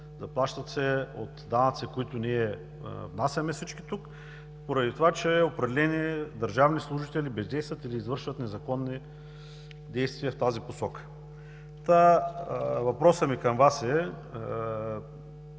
заплащат се от данъци, които ние внасяме, всички тук, поради това, че определени държавни служители бездействат или извършват незаконни действия в тази посока. Въпросът ми към Вас е: